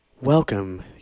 welcome